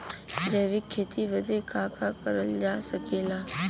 जैविक खेती बदे का का करल जा सकेला?